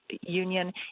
Union